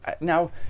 now